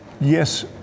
yes